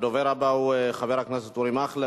הדובר הבא הוא חבר הכנסת אורי מקלב,